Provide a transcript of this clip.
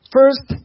First